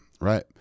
Right